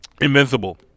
Invincible